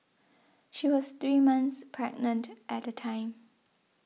she was three months pregnant at the time